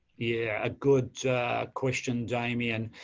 yeah, a good question, damian.